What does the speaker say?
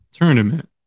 tournament